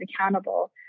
accountable